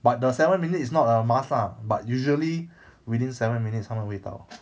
but the seven minutes is not a must ah but usually within seven minutes 他们会到